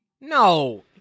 No